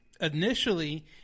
Initially